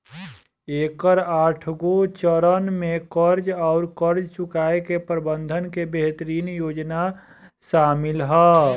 एकर आठगो चरन में कर्ज आउर कर्ज चुकाए के प्रबंधन के बेहतरीन योजना सामिल ह